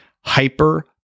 Hyper